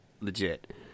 legit